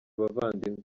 abavandimwe